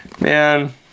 man